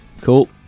Cool